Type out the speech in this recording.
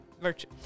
virtue